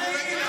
מה זה קשור?